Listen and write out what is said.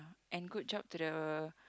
and good job to the